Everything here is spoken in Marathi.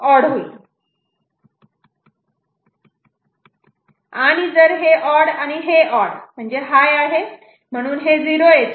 आणि जर हे ऑड आणि हे ऑड हाय आहे म्हणून हे 0 येते